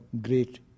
great